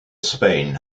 spain